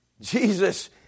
Jesus